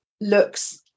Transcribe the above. looks